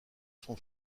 son